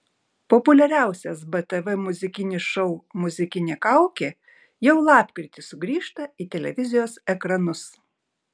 populiariausias btv muzikinis šou muzikinė kaukė jau lapkritį sugrįžta į televizijos ekranus